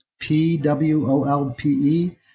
P-W-O-L-P-E